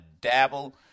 dabble